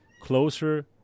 closer